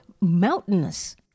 mountainous